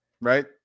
right